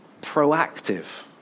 Proactive